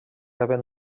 reben